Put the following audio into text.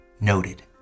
noted